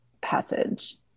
passage